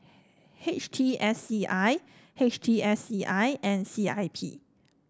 H T S C I H T S C I and C I P